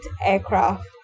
aircraft